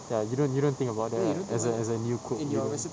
ya you don't you don't think about that lah as a as a new cook even